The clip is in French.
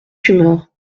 fumeurs